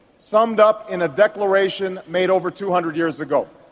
summed up in a declaration made over two hundred years ago.